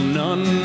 none